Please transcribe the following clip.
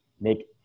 make